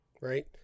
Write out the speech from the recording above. Right